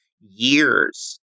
years